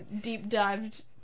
deep-dived